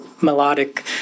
melodic